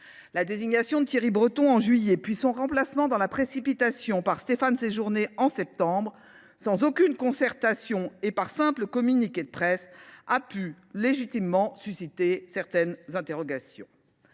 La désignation de Thierry Breton au mois de juillet, puis son remplacement dans la précipitation par Stéphane Séjourné en septembre, sans aucune concertation et par simple communiqué de presse, ont pu légitimement susciter certaines interrogations.